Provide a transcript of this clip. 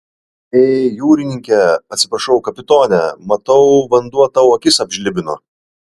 ė jūrininke atsiprašau kapitone matau vanduo tau akis apžlibino